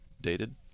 dated